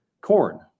corn